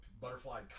butterfly